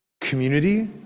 Community